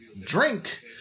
drink